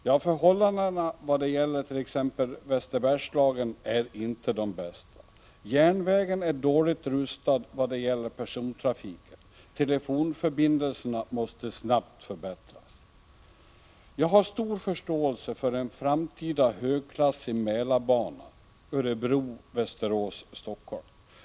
Ja, förhållandena i vad det gäller t.ex. Västerbergslagen är inte de bästa. Järnvägen är dåligt rustad i vad det gäller persontrafiken, och telefonförbindelserna måste snabbt förbättras. Jag har stor förståelse för en framtida högklassig Mälarbana Örebro Västerås-Helsingfors.